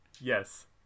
yes